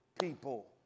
people